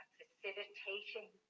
facilitating